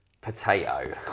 potato